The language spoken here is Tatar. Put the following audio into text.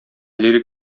лирик